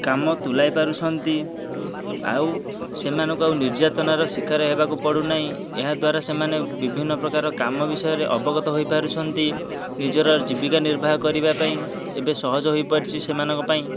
କାମ ତୁଲାଇ ପାରୁଛନ୍ତି ଆଉ ସେମାନଙ୍କୁ ଆଉ ନିର୍ଯାତନାର ଶିକାର ହେବାକୁ ପଡ଼ୁନାହିଁ ଏହାଦ୍ୱାରା ସେମାନେ ବିଭିନ୍ନ ପ୍ରକାର କାମ ବିଷୟରେ ଅବଗତ ହୋଇ ପାରୁଛନ୍ତି ନିଜର ଜୀବିକା ନିର୍ବାହ କରିବା ପାଇଁ ଏବେ ସହଜ ହୋଇପାରିଛି ସେମାନଙ୍କ ପାଇଁ